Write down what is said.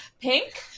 pink